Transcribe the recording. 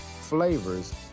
Flavors